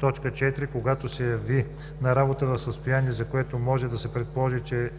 „4. когато се яви на работа в състояние, за което може да се предположи, че